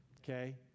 okay